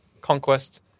conquest